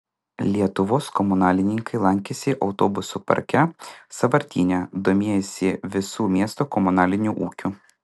lietuvos komunalininkai lankėsi autobusų parke sąvartyne domėjosi visu miesto komunaliniu ūkiu